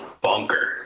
bunker